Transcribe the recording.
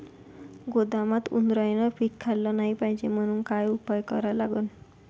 गोदामात उंदरायनं पीक खाल्लं नाही पायजे म्हनून का उपाय करा लागन?